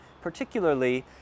particularly